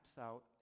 out